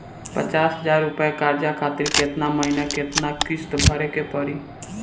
पचास हज़ार रुपया कर्जा खातिर केतना महीना केतना किश्ती भरे के पड़ी?